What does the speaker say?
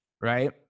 right